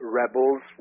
rebels